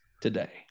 today